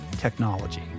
technology